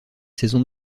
saison